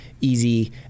easy